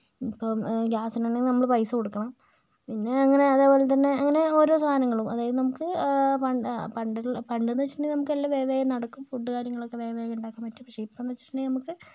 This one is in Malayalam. ഇപ്പോൾ ഗ്യാസിനാണെ നമ്മൾ പൈസ കൊടുക്കണം പിന്നെ അങ്ങനെ അതെ പോലെ തന്നെ അങ്ങനെ ഓരോ സാധനങ്ങളും അതായത് നമുക്ക് പണ്ട് എന്ന് പണ്ട് പണ്ട് എന്ന് വെച്ചിട്ടുണ്ടെങ്കിൽ നമുക്കെല്ലം വേഗം വേഗം നടക്കും ഫുഡ് കാര്യങ്ങളൊക്കെ വേഗം വേഗം ഉണ്ടാക്കാൻ പറ്റും പക്ഷെ ഇപ്പം എന്ന് വെച്ചിട്ടുണ്ടെങ്കിൽ നമുക്ക്